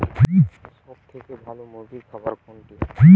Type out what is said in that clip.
সবথেকে ভালো মুরগির খাবার কোনটি?